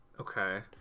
Okay